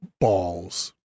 balls